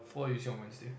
four I used it on Wednesday